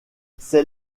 c’est